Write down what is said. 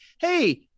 hey